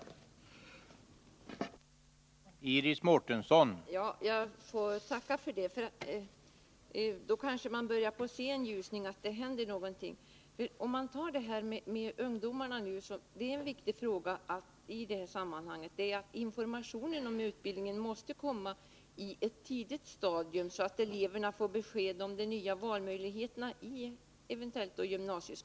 Fredagen den